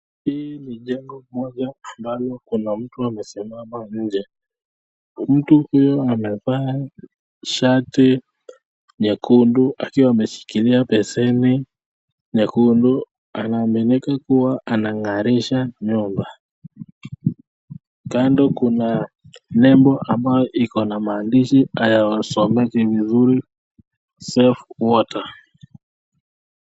Hii ni jengo moja ambalo kuna mtu amesimama nje. Mtu huyo amevaa shati nyekundu akiwa ameshikilia beseni nyekundu. Anaaminika kuwa anang'arisha nyumba. Kando kuna maandishi ambayo hayasomeki vizuri safe water .